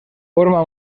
forma